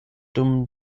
dum